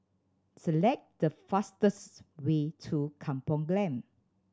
select the fastest way to Kampong Glam